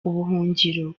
ubuhungiro